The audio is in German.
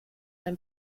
ein